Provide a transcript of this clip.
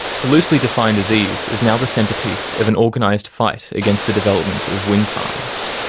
the loosely defined disease is now the centrepiece of an organised fight against the development of wind farms.